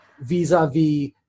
vis-a-vis